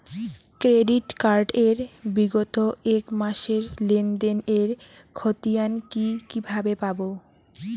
Credit card এর বিগত এক মাসের লেনদেন এর ক্ষতিয়ান কি কিভাবে পাব?